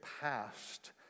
past